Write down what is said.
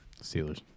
Steelers